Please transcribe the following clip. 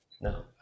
No